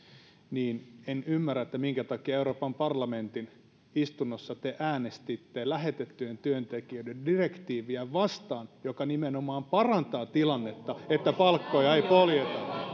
niin en ymmärrä minkä takia euroopan parlamentin istunnossa te äänestitte lähetettyjen työntekijöiden direktiiviä vastaan joka nimenomaan parantaa tilannetta niin että palkkoja ei poljeta